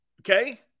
Okay